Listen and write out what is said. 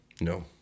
No